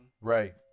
Right